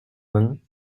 vingts